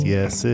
Yes